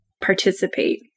participate